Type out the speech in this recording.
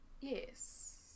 Yes